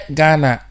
Ghana